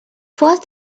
force